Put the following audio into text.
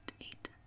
eight